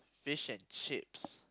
fish and chips